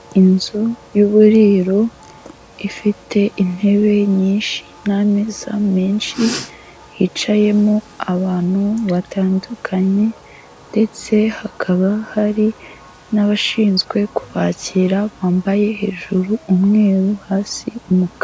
Inzu y'uburiro ifite intebe nyinshi n'ameza menshi, hicayemo abantu batandukanye ndetse hakaba hari n'abashinzwe kubakira ,bambaye hejuru umweru hasi umukara.